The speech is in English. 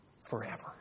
forever